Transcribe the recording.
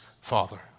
Father